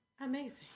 Amazing